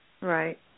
Right